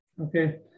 okay